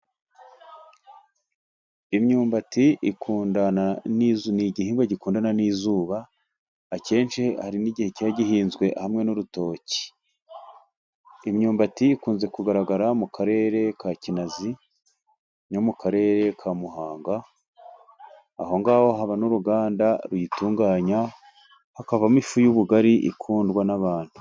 Imyumbati ni igihingwa gikundana n'izuba akenshi hari n' igihe cyiba gihinzwe hamwe n'urutoki. Imyumbati ikunze kugaragara mu karere ka Kinazi no mu karere ka Muhanga; ahongaho haba n'uruganda ruyitunganya hakavamo ifu y'ubugari ikundwa n'abantu.